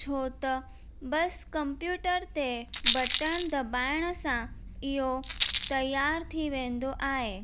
छो त बसि कंप्यूटर ते बटण दॿाइण सां इहो तयार थी वेंदो आहे